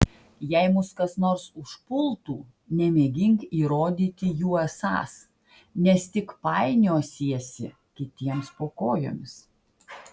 jei mus kas nors užpultų nemėgink įrodyti juo esąs nes tik painiosiesi kitiems po kojomis